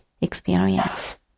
experience